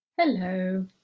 Hello